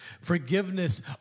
Forgiveness